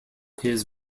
his